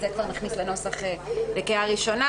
את זה כבר נכניס לנוסח לקריאה ראשונה.